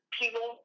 people